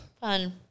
Fun